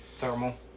thermal